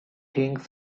things